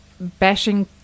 bashing